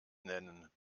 nennen